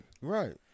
Right